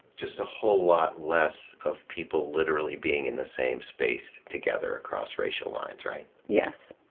just a whole lot less of people literally being in the same space together across racial lines, right? yes.